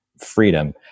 freedom